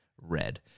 Red